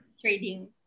trading